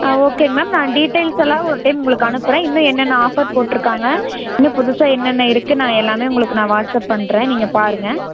ஆ ஓகேங்க மேம் நான் டீட்டைல்ஸ் எல்லாம் ஒரு டைம் உங்களுக்கு அனுப்புகிறேன் இன்னும் என்னென்ன ஆஃபர் போட்டுருக்காங்க இன்னும் புதுசாக என்னென்ன இருக்குது நான் எல்லாமே உங்களுக்கு வாட்ஸ்அப் பண்ணுறேன் நீங்கள் பாருங்கள்